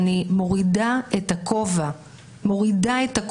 שאני מורידה את הכובע בפניהם,